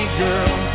girl